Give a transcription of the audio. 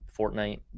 Fortnite